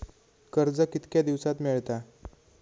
कर्ज कितक्या दिवसात मेळता?